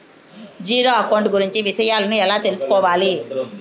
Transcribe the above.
Zero account కు గురించి విషయాలను ఎలా తెలుసుకోవాలి?